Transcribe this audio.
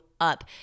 up